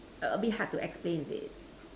a a bit hard to explain is it